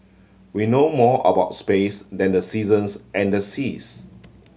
we know more about space than the seasons and the seas